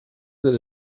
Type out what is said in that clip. that